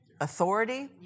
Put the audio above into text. authority